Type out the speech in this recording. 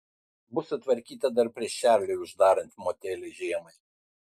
bus sutvarkyta dar prieš čarliui uždarant motelį žiemai